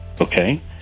okay